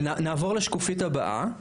נעבור לשקופית הבאה.